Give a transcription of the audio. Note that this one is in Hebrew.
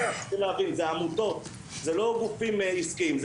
זה לא גופים עסקיים,